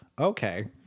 okay